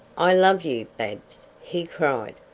i love you, babs, he cried.